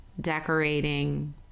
decorating